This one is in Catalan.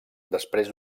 després